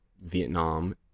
vietnam